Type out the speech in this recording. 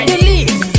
Delete